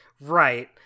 right